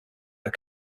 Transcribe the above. are